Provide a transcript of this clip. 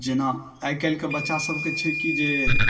जेना आइकाल्हिके बच्चा सबके छै कि जे